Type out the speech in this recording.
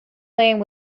lane